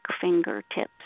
fingertips